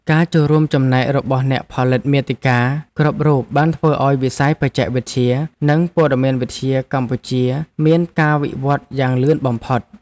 ការចូលរួមចំណែករបស់អ្នកផលិតមាតិកាគ្រប់រូបបានធ្វើឱ្យវិស័យបច្ចេកវិទ្យា និងព័ត៌មានវិទ្យាកម្ពុជាមានការវិវឌ្ឍយ៉ាងលឿនបំផុត។